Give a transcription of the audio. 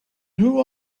who